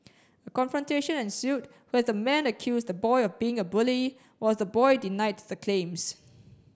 a confrontation ensued where the man accused the boy of being a bully while the boy denied the claims